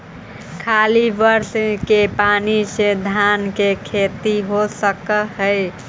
खाली बर्षा के पानी से धान के खेती हो सक हइ?